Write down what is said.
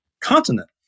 continent